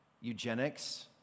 eugenics